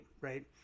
right